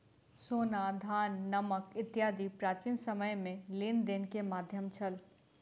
सोना, धान, नमक इत्यादि प्राचीन समय में लेन देन के माध्यम छल